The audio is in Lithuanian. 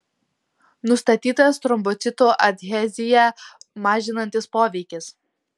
nustatytas trombocitų adheziją mažinantis poveikis